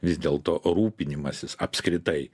vis dėlto rūpinimasis apskritai